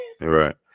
Right